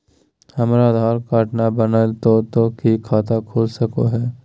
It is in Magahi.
हमर आधार कार्ड न बनलै तो तो की खाता खुल सको है?